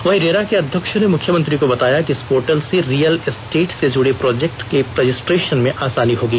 वहीं रेरा के अध्यक्ष ने मुख्यमंत्री को बताया कि इस पोर्टल से रियल एस्टेट से जुड़े प्रोजेक्ट के रजिस्ट्रेशन में आसानी होगी